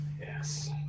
Yes